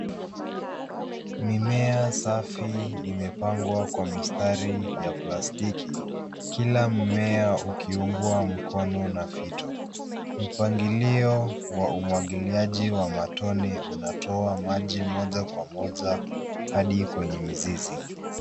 Mimea safi imepangwa kwa mistari ya plastiki, kila mmea ukiungwa mkono na fito. Mpangilio wa umwangiliaji wa matone unatoa maji moja kwa moja hadi kwenye mizizi.